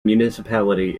municipality